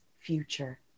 future